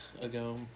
ago